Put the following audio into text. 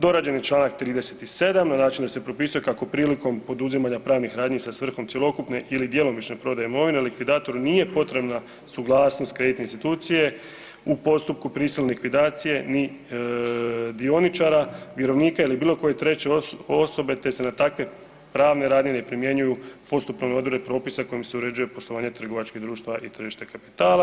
Dorađen je čl. 37 na način da se propisuje kako prilikom poduzimanja pravnih radnji sa svrhom cjelokupne ili djelomične prodaje imovine, likvidatoru nije potrebna suglasnost kreditne institucije, u postupku prisilne likvidacije ni dioničara, vjerovnika ili bilo koje treće osobe te se na takve pravne radnje ne primjenjuju postupovne odredbe propisa kojim se uređuju poslovanje trgovačkih društava i tržište kapitala.